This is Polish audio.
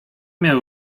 miał